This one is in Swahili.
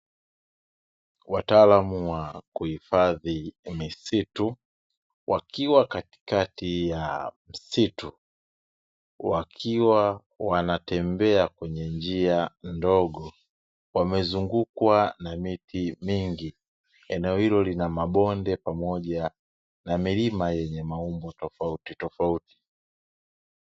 Wataalamu wa kuhifadhi misitu wakiwa katikati ya msitu, wakiwa wanatembea kwenye njia ndogo, wamezumgukwa na miti mingi. Eneo hilo lina mabonde pamoja na milima, yenye maumbo tofautitofauti.